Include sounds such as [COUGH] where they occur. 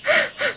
[LAUGHS]